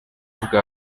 bwa